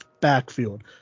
backfield